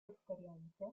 esperienze